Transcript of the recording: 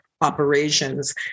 operations